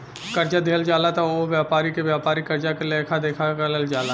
कर्जा दिहल जाला त ओह व्यापारी के व्यापारिक कर्जा के लेखा देखल जाला